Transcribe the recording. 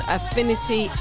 Affinity